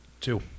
two